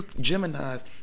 Gemini's